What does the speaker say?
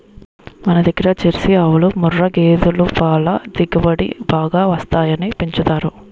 మనదగ్గర జెర్సీ ఆవులు, ముఱ్ఱా గేదులు పల దిగుబడి బాగా వస్తాయని పెంచుతారు